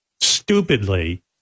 Stupidly